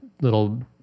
little